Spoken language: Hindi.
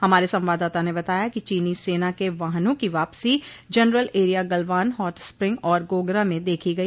हमारे संवाददाता ने बताया कि चीनी सेना के वाहनों की वापसी जनरल एरिया गलवान हॉटस्प्रिंग और गोगरा म देखी गई